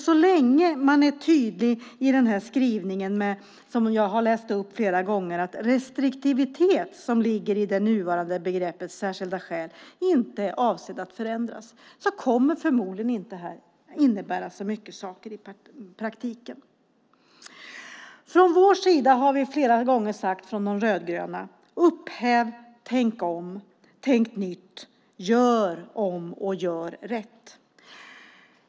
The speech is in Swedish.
Så länge man är tydlig i den skrivning som jag har läst upp flera gånger med att den restriktivitet som ligger i det nuvarande begreppet särskilda skäl inte är avsedd att förändras kommer det förmodligen inte att innebära så mycket saker i praktiken. Vi, de rödgröna, har från vår sida flera gånger sagt: Upphäv! Tänk om! Tänk nytt! Gör om och gör rätt!